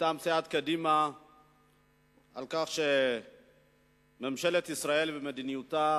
מטעם סיעת קדימה על כך שממשלת ישראל במדיניותה